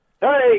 Hey